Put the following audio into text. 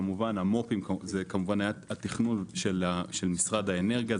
כמובן המו"פים זה היה התכנון של משרד האנרגיה,